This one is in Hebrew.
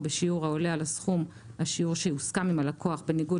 בשיעור העולה על הסכום או השיעור שהוסכם עם הלקוח בניגוד